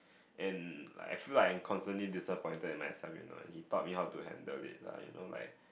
and I feel like constantly dissapointed and he taught me how to handle it lah you know like